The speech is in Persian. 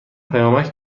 پیامک